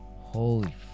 Holy